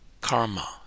karma